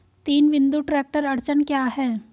तीन बिंदु ट्रैक्टर अड़चन क्या है?